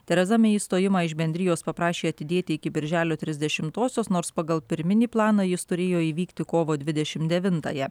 tereza mei išstojimą iš bendrijos paprašė atidėti iki birželio trisdešimtosios nors pagal pirminį planą jis turėjo įvykti kovo dvidešim devintąją